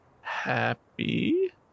happy